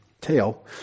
tail